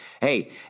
hey –